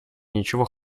ничего